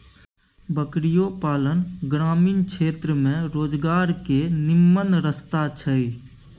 बकरियो पालन ग्रामीण क्षेत्र में रोजगार के निम्मन रस्ता छइ